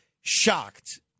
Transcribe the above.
shocked